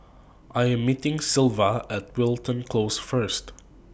I Am meeting Sylva At Wilton Close First